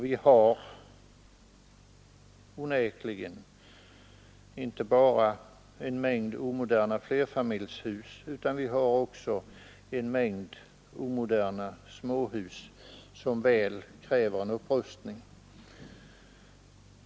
Vi har onekligen inte bara en mängd omoderna flerfamiljshus, utan vi har också en mängd omoderna småhus som väl kräver en upprustning.